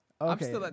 okay